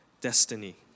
destiny